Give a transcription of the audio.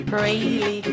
Pray